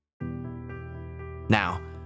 Now